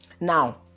now